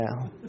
now